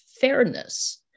fairness